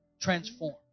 transform